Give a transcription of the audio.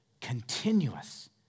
continuous